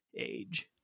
age